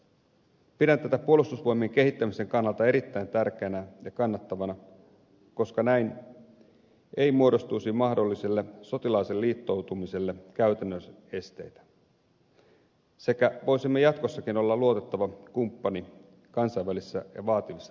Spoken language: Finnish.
pidän tätä puolustusvoimien kehittämisen kannalta erittäin tärkeänä ja kannattavana koska näin ei muodostuisi mahdolliselle sotilaalliselle liittoutumiselle käytännön esteitä ja voisimme jatkossakin olla luotettava kumppani kansainvälisissä ja vaativissa tehtävissä